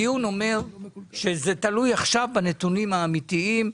הדיון אומר שזה תלוי עכשיו בנתונים האמיתיים,